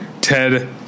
Ted